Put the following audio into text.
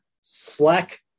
slack